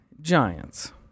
giants